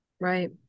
Right